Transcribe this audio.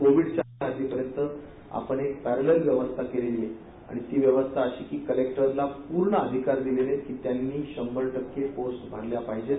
कोविडच्या हद्दिपर्यंत आपण एक पॅरलल व्यवस्था केली आहे आणि ती व्यवस्था अशी की कलेक्टरला पूर्ण अधिकार दिलेले आहेत की त्यांनी शंभर टक्के पोस्ट भरल्या पाहिजेत